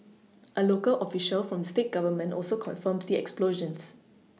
a local official from the state Government also confirmed the explosions